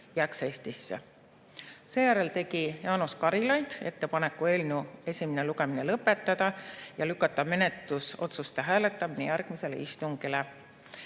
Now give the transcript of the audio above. jääks Eestisse. Seejärel tegi Jaanus Karilaid ettepaneku eelnõu esimene lugemine lõpetada ja lükata menetlusotsuste hääletamine järgmisele istungile.